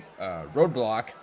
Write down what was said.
Roadblock